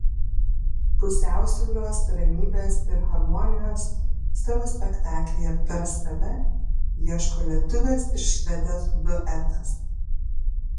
pusiausvyros ramybės ir harmonijos savo spektaklyje per save ieško lietuvės ir švedės duetas